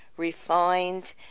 refined